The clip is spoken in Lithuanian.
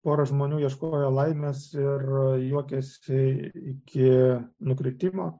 pora žmonių ieškojo laimės ir juokėsi iki nukritimo